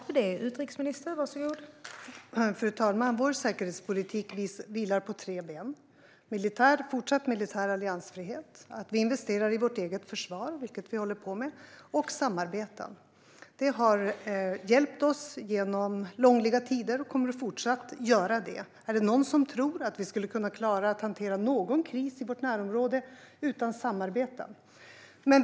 Fru talman! Vår säkerhetspolitik vilar på tre ben: fortsatt militär alliansfrihet, att vi investerar i vårt eget försvar - vilket vi håller på med - och samarbeten. Detta har hjälpt oss i långliga tider och kommer fortsatt att göra det. Är det någon som tror att vi skulle kunna klara att hantera någon kris i vårt närområde utan samarbeten?